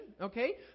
okay